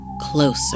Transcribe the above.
Closer